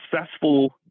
successful